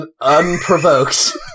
unprovoked